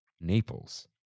Naples